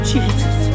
Jesus